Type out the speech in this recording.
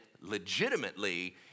legitimately